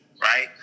Right